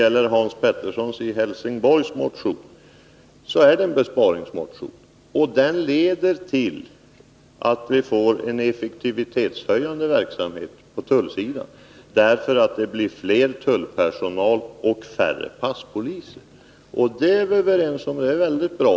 Motionen av Hans Pettersson i Helsingborg är en besparingsmotion, och ett bifall till den skulle leda till en effektivitetshöjning avseende verksamheten på tullsidan — därför att det skulle bli en större tullpersonal och färre passpoliser om det kravet genomfördes. Det är vi överens om, och det är väldigt bra.